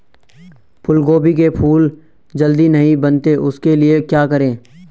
फूलगोभी के फूल जल्दी नहीं बनते उसके लिए क्या करें?